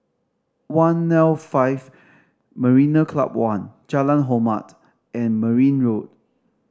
one'l five Marina Club One Jalan Hormat and Merryn Road